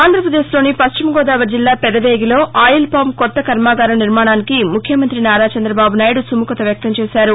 ఆంధ్రాపదేశ్లోని పశ్చిమగోదావరి జిల్లా పెదవేగిలో ఆయిల్పామ్ కొత్త కర్నాగారం నిర్మాణానికి ముఖ్యమంతి నారా చంద్రబాబు నాయుడు సుముఖత వ్యక్తం చేశారు